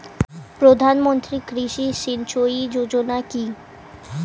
প্রধানমন্ত্রী কৃষি সিঞ্চয়ী যোজনা কি?